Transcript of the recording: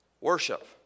worship